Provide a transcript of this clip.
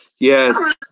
Yes